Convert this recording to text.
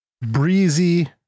breezy